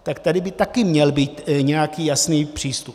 Tak tady by taky měl být nějaký jasný přístup.